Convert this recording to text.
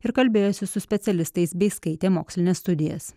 ir kalbėjosi su specialistais bei skaitė mokslines studijas